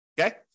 Okay